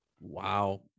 Wow